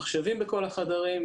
מחשבים בכל החדרים,